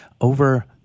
over